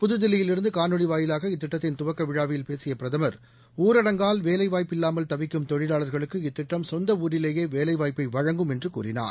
புதுதில்லியிலிருந்து காணொலி வாயிலாக இத்திட்டத்தின் துவக்கவிழாவில் பேசிய பிரதமர் ஊரடங்கால் வேலைவாய்ப்பில்வாமல் தவிக்கும் தொழிவாளர்களுக்கு இத்திட்டம் சொந்த ஊரிலேயே வேலைவாய்ப்பை வழங்கும் என்று கூறினார்